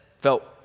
felt